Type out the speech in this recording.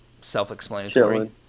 self-explanatory